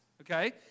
okay